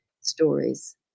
stories